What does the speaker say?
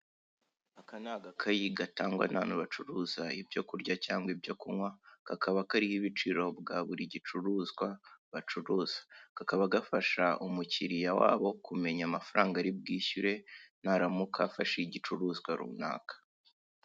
Aka ni agakayi gatangwa n'abantu bacuruza ibyo kurya cyangwa ibyo kunywa, kakaba karibo ibiciro bwa buri gicuruzwa bacuruza kakaba gafasha umukiriya wabo kumenya amafaranga ari bwishyure naramuka afashe igicuruzwa runaka.